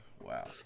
Wow